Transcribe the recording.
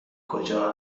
کجا